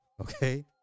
Okay